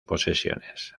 posesiones